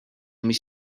mida